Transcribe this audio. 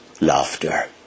Laughter